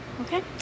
okay